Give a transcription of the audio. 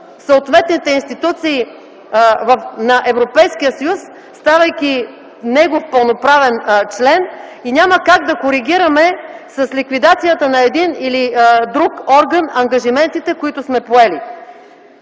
съответните институции на Европейския съюз, ставайки негов пълноправен член, и няма как да коригираме с ликвидацията на един или друг орган ангажиментите, които сме поели.